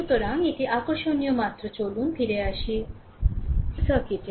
সুতরাং এটি আকর্ষণীয় মাত্র চলুন ফিরে আসি সার্কিটে